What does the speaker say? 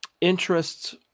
interests